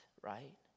right